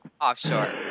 offshore